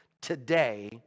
today